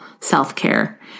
self-care